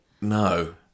No